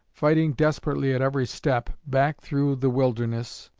fighting desperately at every step, back through the wilderness,